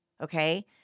okay